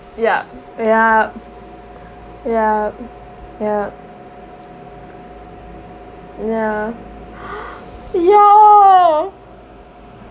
yup yup yup yup ya ya